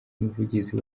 umuvugizi